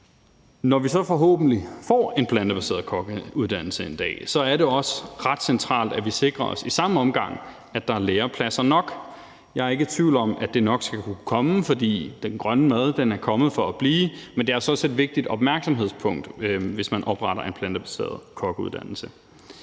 Når vi så forhåbentlig får en plantebaseret kokkeuddannelse en dag, er det også ret centralt, at vi i samme omgang sikrer os, at der er lærepladser nok. Jeg er ikke i tvivl om, at det nok skal komme, fordi den grønne mad er kommet for at blive, men det er altså også et vigtigt opmærksomhedspunkt, hvis man opretter en plantebaseret kokkeuddannelse.